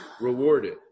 rewarded